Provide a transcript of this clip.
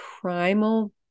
primal